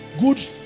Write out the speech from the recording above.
good